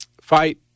fight